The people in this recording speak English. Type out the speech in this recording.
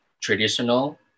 traditional